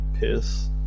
piss